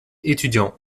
étudiant